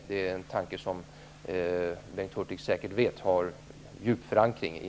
Det är en tanke som Bengt Hurtig säkert vet har djup förankring i